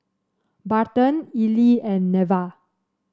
Barton Ely and Neva